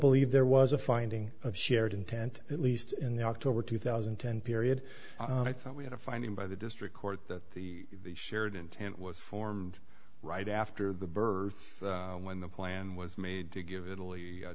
believe there was a finding of shared intent at least in the october two thousand and ten period i thought we had a finding by the district court that the shared intent was formed right after the birth when the plan was made to give italy